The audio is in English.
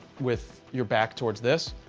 with your back towards this.